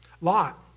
Lot